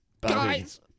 Guys